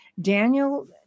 Daniel